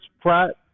Pratt